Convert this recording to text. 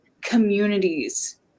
communities